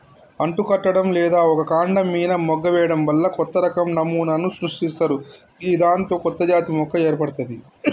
అంటుకట్టడం లేదా ఒక కాండం మీన మొగ్గ వేయడం వల్ల కొత్తరకం నమూనాను సృష్టిస్తరు గిదాంతో కొత్తజాతి మొక్క ఏర్పడ్తది